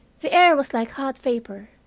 the air was like hot vapor,